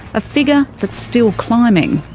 a figure that's still climbing.